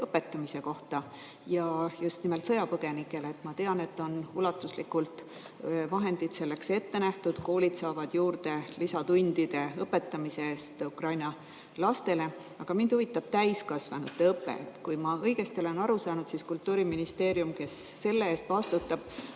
õpetamise kohta, just nimelt sõjapõgenike õpetamise kohta. Ma tean, et on ulatuslikult vahendeid selleks ette nähtud, koolid saavad [raha] juurde lisatundida andmise eest Ukraina lastele, aga mind huvitab täiskasvanute õpe. Kui ma õigesti olen aru saanud, siis Kultuuriministeerium, kes selle eest vastutab,